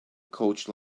coach